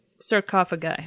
sarcophagi